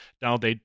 Donald